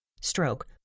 stroke